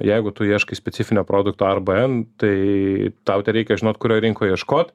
jeigu tu ieškai specifinio produkto arba en tai tau tereikia žinot kurioj rinkoj ieškot